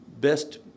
best